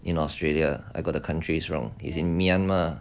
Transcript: in australia I got the countries wrong he's in myanmar